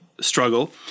struggle